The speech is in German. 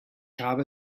habe